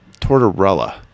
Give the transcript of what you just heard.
Tortorella